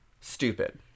Stupid